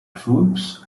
troops